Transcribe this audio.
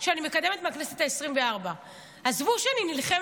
עד חמש